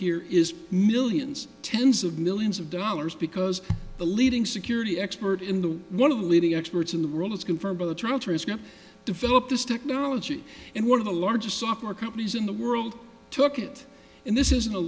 here is millions tens of millions of dollars because the leading security expert in the one of the leading experts in the world as confirmed by the trial transcript develop this technology and one of the largest software companies in the world took it and this isn't